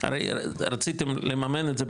הרי רציתם לממן את זה,